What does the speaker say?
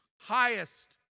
highest